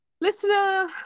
Listener